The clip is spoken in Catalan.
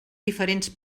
diferents